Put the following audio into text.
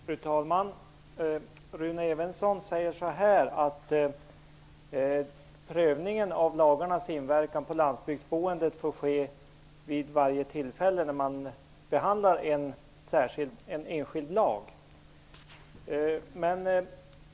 Fru talman! Rune Evensson säger att prövning av lagarnas inverkan på landsbygdsboendet får ske varje gång en enskild lag behandlas.